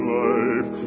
life